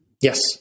Yes